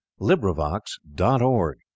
LibriVox.org